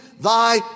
thy